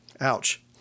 Ouch